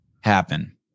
happen